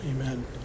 Amen